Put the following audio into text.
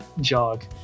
jog